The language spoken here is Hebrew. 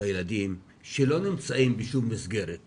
והילדים שלא נמצאים במסגרת כלשהי.